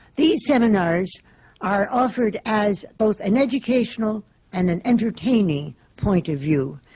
these seminars are offered as both an educational and an entertaining point of view,